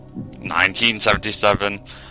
1977